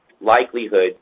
likelihood